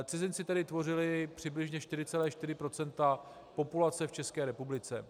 Cizinci tedy tvořili přibližně 4,4 % populace v České republice.